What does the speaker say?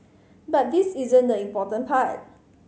but this isn't the important part